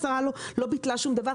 השרה לא ביטלה דבר,